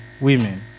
women